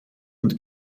und